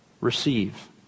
receive